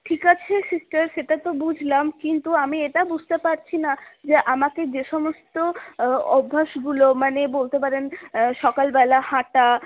ঠিক আছে সিস্টার সেটা তো বুঝলাম কিন্তু আমি এটা বুঝতে পারছি না যে আমাকে যে সমস্ত অভ্যাসগুলো মানে বলতে পারেন সকালবেলা হাঁটা